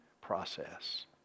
process